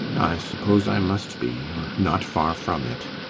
i suppose i must be or not far from it.